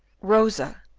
rosa,